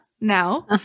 now